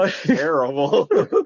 terrible